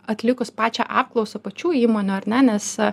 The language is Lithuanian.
atlikus pačią apklausą pačių įmonių ar ne nes